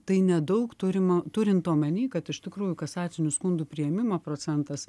tai nedaug turima turint omeny kad iš tikrųjų kasacinių skundų priėmimo procentas